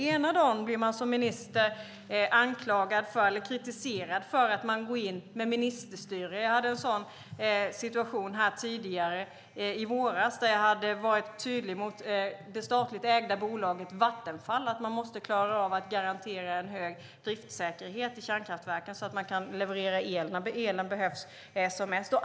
Ena dagen blir man som minister kritiserad för att man går in med ministerstyre. Jag hade en sådan situation tidigare i våras där jag hade varit tydlig mot det statligt ägda bolaget Vattenfall att man måste klara av att garantera en hög driftsäkerhet i kärnkraftverken så att man kan leverera el när elen behövs som mest.